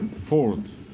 fourth